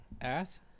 Ass